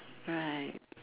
right